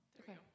okay